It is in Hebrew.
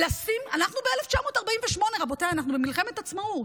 אנחנו ב-1948, רבותיי, אנחנו במלחמת עצמאות.